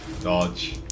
Dodge